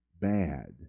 bad